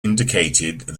indicated